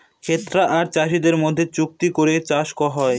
ক্রেতা আর চাষীদের মধ্যে চুক্তি করে চাষ হয়